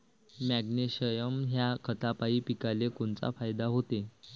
Magnesium ह्या खतापायी पिकाले कोनचा फायदा होते?